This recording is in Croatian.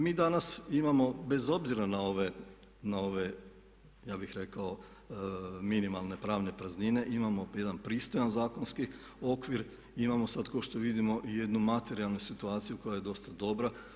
Mi danas imamo bez obzira na ove ja bih rekao minimalne pravne praznine imamo jedan pristojan zakonski okvir i imamo sad kao što vidimo jednu materijalnu situaciju koja je dosta dobra.